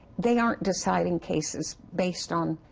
they aren't deciding cases based on